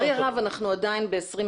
לצערי הרב אנחנו עדיין ב-2020,